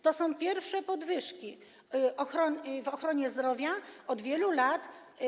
To są pierwsze podwyżki w ochronie zdrowia od wielu lat.